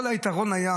כל היתרון היה